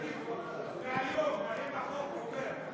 תגיד, מהיום, אם החוק עובר,